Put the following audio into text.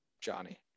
Johnny